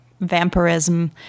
vampirism